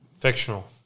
fictional